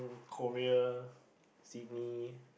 Korea Sydney